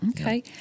Okay